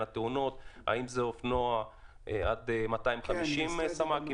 התאונות לגבי האם זה אופנוע עד 250 סמ"ק וכו'?